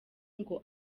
ngo